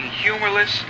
humorless